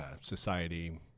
society